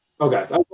okay